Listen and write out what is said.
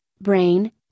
Brain